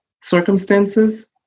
circumstances